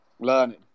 Learning